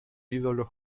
ídolo